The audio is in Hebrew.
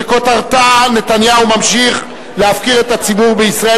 שכותרתה: נתניהו ממשיך להפקיר את הציבור בישראל